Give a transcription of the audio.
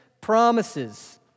promises